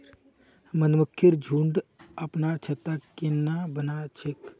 मधुमक्खिर झुंड अपनार छत्ता केन न बना छेक